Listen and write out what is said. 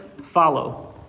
follow